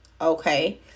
okay